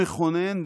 המכונן,